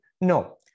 No